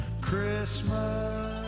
Christmas